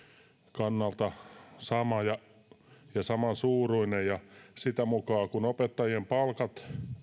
kannalta sama ja samansuuruinen sitä mukaa kun opettajien palkat